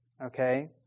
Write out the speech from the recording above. okay